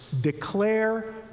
Declare